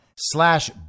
Slash